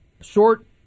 Short